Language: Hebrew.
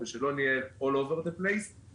שלו, בפרסום ובתשתיות.